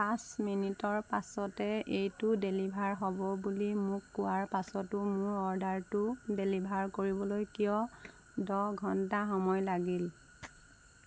পাঁচ মিনিটৰ পাছতে এইটো ডেলিভাৰ হ'ব বুলি মোক কোৱাৰ পাছতো মোৰ অৰ্ডাৰটো ডেলিভাৰ কৰিবলৈ কিয় দহ ঘণ্টা সময় লাগিল